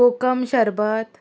कोकम शरबत